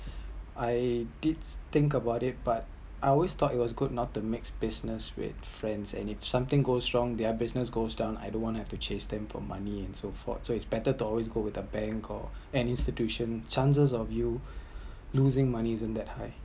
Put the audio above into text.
I did think about it but I always thought it was good not to mix business with friends and if something goes wrong their business goes down I don’t want have to chase them for money and so for so it’s better to always go with the bank call and institution chances of you losing money isn’t that high